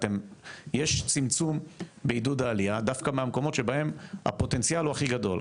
יש צמצום בעידוד העלייה דווקא מהמקומות שבהם הפוטנציאל הוא הכי גדול.